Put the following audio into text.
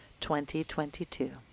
2022